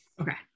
Okay